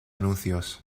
anuncios